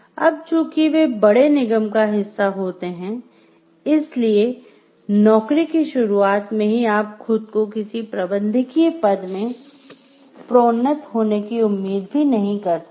अब चूंकि वे एक बड़े निगम का हिस्सा होते हैं इसलिए नौकरी की शुरुआत में ही आप खुद को किसी प्रबंधकीय पद में प्रोन्नत होने की उम्मीद भी नहीं कर सकते